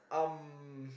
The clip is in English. um